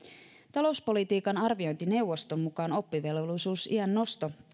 talouspolitiikan arviointineuvoston mukaan oppivelvollisuusiän nosto